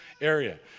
area